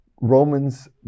Romans